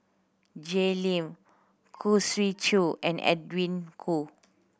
Jay Lim Khoo Swee Chiow and Edwin Koo